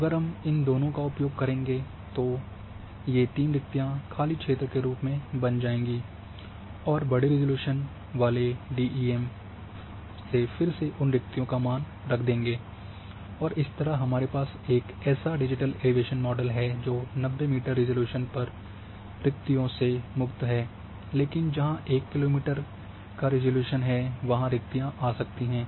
अगर हम इन दोनों का उपयोग करेंगे तो ये 3 रिक्कतियां खाली क्षेत्र के रूप में बन जाएँगी और बड़े रिज़ॉल्यूशन वाले डीईएम से फिर से उन रिक्कतियों का मान रख देंगे और इस तरह हमारे पास एक ऐसा डिजिटल एलिवेशन मॉडल है जो 90 मीटर रिज़ॉल्यूशन पर रिक्कतियों से मुक्त है लेकिन जहां 1 किलो मीटर का रिज़ॉल्यूशन है वहाँ रिक्कतियाँ आ सकती हैं